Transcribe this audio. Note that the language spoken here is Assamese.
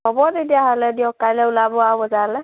হ'ব তেতিয়াহ'লে দিয়ক কাইলৈ ওলাব আৰু বজাৰলৈ